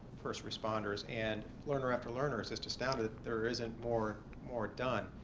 first responders and learner after learner is just astounded there isn't more more done.